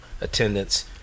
attendance